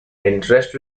interest